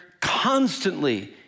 constantly